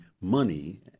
money